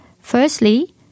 Firstly